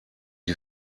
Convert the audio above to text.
die